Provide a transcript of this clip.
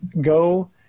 go